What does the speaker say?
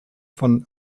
von